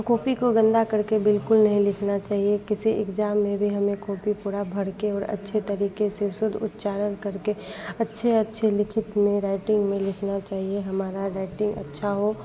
copy को गंदा करके बिल्कुल नहीं लिखना चाहिए किसी एक्जाम में भी हमें कॉपी पूरी भरकर और अच्छे तरीक़े से शुद्ध उच्चारण करके अच्छे अच्छे लिखित में राइटिंग में लिखना चाहिए हमारी राइटिंग अच्छी हो